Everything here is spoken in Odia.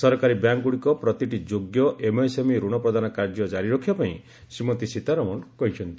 ସରକାରୀ ବ୍ୟାଙ୍କଗୁଡ଼ିକ ପ୍ରତିଟି ଯୋଗ୍ୟ ଏମ୍ଏସ୍ଏମ୍ଇକୁ ରଣ ପ୍ରଦାନ କାର୍ଯ୍ୟ ଜାରି ରଖିବା ପାଇଁ ଶ୍ରୀମତୀ ସୀତାରମଣ କହିଛନ୍ତି